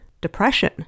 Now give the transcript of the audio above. depression